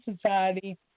society